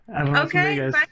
Okay